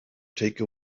take